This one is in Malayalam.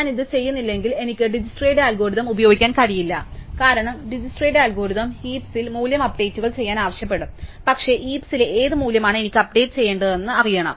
ഞാൻ ഇത് ചെയ്യുന്നില്ലെങ്കിൽ എനിക്ക് ഡിജെസിക്സ്ട്രാ ന്റെ അൽഗോരിതം ഉപയോഗിക്കാൻ കഴിയില്ല കാരണം ഡിജെസിക്സ്ട്രാ ന്റെ അൽഗോരിതം ഹീപ്സിൽ മൂല്യം അപ്ഡേറ്റുചെയ്യാൻ ആവശ്യപ്പെടും പക്ഷേ ഹീപ്സിലെ ഏത് മൂല്യമാണ് എനിക്ക് അപ്ഡേറ്റ് ചെയ്യേണ്ടതെന്ന് എനിക്ക് അറിയണം